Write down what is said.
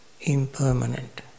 impermanent